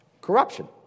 corruption